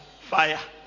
Fire